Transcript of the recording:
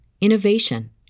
innovation